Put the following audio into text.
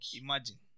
Imagine